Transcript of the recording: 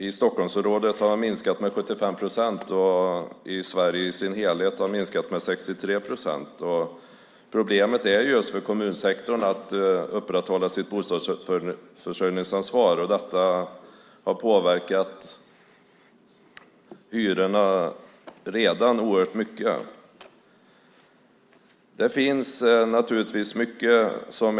I Stockholmsområdet har det minskat med 75 procent och i Sverige som helhet med 63 procent. Problemet för kommunsektorn är att upprätthålla sitt bostadsförsörjningsansvar. Detta har redan påverkat hyrorna mycket.